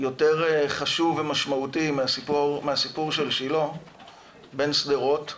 יותר חשוב ומשמעותי מהסיפור של שילה בן שדרות,